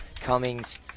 Cummings